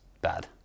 bad